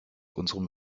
unserem